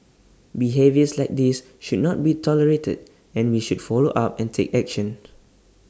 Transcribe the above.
behaviours like this should not be tolerated and we should follow up and take action